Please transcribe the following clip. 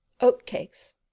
oat-cakes